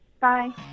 bye